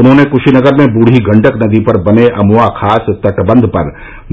उन्होंने कुशीनगर में बूढ़ी गण्डक नदी पर बने अमवा खास तटबंध पर